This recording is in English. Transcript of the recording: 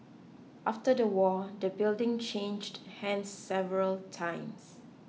after the war the building changed hands several times